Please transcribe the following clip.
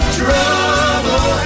trouble